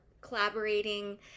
collaborating